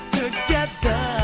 together